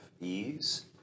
ease